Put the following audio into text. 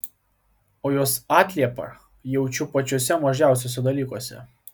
o jos atliepą jaučiu pačiuose mažiausiuose dalykuose